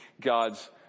God's